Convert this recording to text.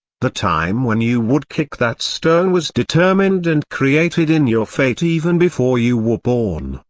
the time when you would kick that stone was determined and created in your fate even before you were born.